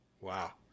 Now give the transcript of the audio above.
Wow